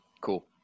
Cool